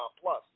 Plus